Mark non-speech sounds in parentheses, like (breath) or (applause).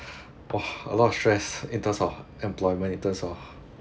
(breath) !wah! a lot of stress in terms of employment in terms of